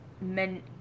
men